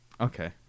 okay